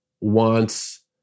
wants